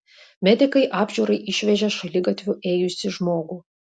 medikai apžiūrai išvežė šaligatviu ėjusį žmogų